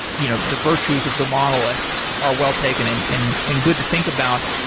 you know the virtues of the monolith are well-taken and and and good to think about.